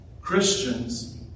Christians